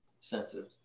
sensitive